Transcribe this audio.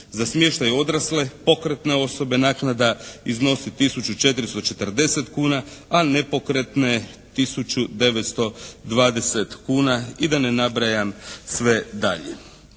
Za smještaj odrasle pokretne osobe naknada iznosi tisuću 440 kuna, a nepokretne tisuću 920 kuna. I da ne nabrajam sve dalje.